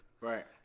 Right